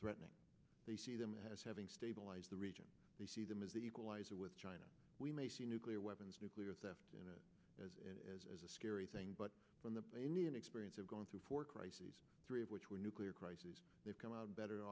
threatening they see them as having stabilize the region they see them as the equalizer with china we may see nuclear weapons nuclear theft as a scary thing but when the indian experience of going through for crises three of which were nuclear crises they've come out better